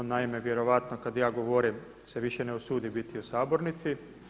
On naime vjerojatno kada ja govorim se više ne usudi biti u sabornici.